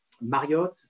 Marriott